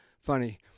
funny